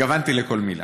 התכוונתי לכל מילה.